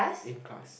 in class